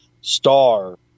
star